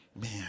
Man